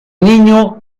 niño